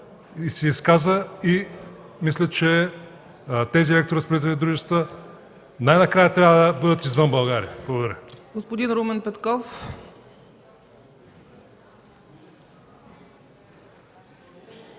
се изказа и мисля, че тези електроразпределителни дружества най-накрая трябва да бъдат извън България. Благодаря.